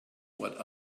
what